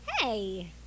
Hey